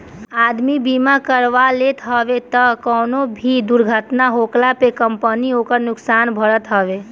आदमी बीमा करवा लेत हवे तअ कवनो भी दुर्घटना होखला पे कंपनी ओकर नुकसान भरत हवे